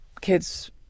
kids